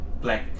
black